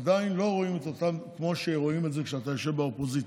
עדיין לא רואים אותם כמו שרואים את זה כשיושבים באופוזיציה.